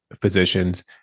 physicians